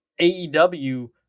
AEW